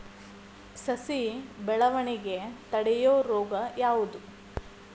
ಸಸಿ ಬೆಳವಣಿಗೆ ತಡೆಯೋ ರೋಗ ಯಾವುದು?